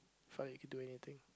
felt you can do anything